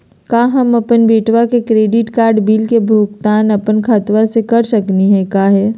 का हम अपन बेटवा के क्रेडिट कार्ड बिल के भुगतान अपन खाता स कर सकली का हे?